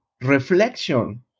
reflection